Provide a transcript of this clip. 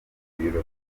ibiro